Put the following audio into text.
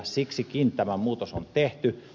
siksikin tämä muutos on tehty